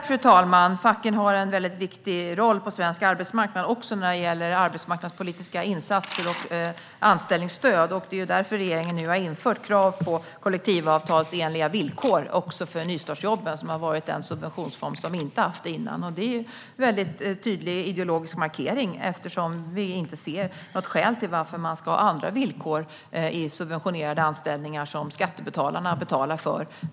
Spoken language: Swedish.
Fru talman! Facken har en väldigt viktig roll på svensk arbetsmarknad, även när det gäller arbetsmarknadspolitiska insatser och anställningsstöd. Därför har regeringen nu också för nystartsjobben infört krav på kollektivavtalsenliga villkor. Det har varit en subventionsform som inte har haft detta tidigare. Det är en tydlig ideologisk markering, eftersom vi inte ser något skäl till att man skulle ha andra villkor i subventionerade anställningar som skattebetalarna betalar för.